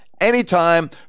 anytime